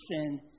sin